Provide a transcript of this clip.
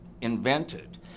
invented